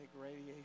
radiation